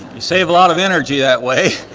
you save a lot of energy that way.